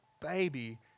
baby